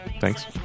Thanks